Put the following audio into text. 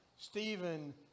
Stephen